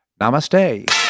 Namaste